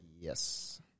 Yes